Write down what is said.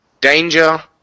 Danger